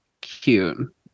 cute